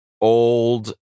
old